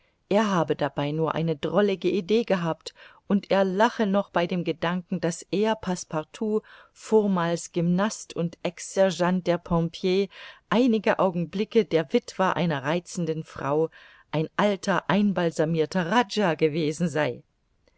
er habe dabei nur eine drollige idee gehabt und er lache noch bei dem gedanken daß er passepartout vormals gymnast und exsergeant der pompiers einige augenblicke der witwer einer reizenden frau ein alter einbalsamirter rajah gewesen sei